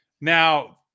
Now